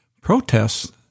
Protests